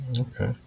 Okay